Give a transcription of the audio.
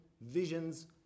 visions